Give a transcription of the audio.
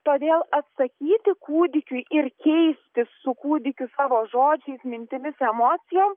todėl atsakyti kūdikiui ir keistis su kūdikiu savo žodžiais mintimis emocijom